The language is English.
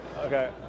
Okay